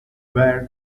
where